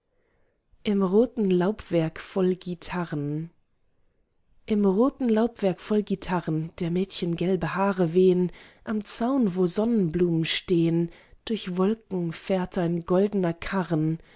im roten laubwerk voll guitarren im roten laubwerk voll guitarren der mädchen gelbe haare wehen am zaun wo sonnenblumen stehen durch wolken fährt ein goldner karren